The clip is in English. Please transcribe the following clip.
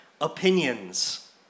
opinions